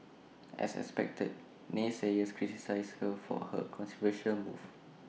as expected naysayers criticised her for her controversial move